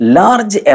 large